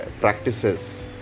practices